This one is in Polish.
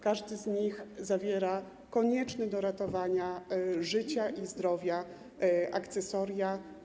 Każdy z nich zawiera konieczne do ratowania życia i zdrowia akcesoria.